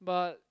but